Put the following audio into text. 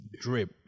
drip